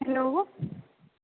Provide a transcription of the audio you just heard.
hello